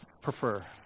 prefer